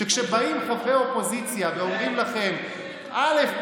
שכשבאים חברי אופוזיציה ואומרים לכם א',